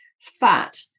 fat